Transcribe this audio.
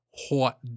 Hot